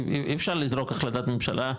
אי אפשר לזרוק החלטת ממשלה,